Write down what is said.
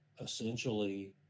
essentially –